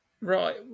Right